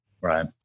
right